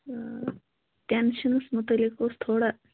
ٹٮ۪نشَنَس مُتعلِق اوس تھوڑا